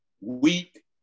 weak